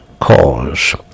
cause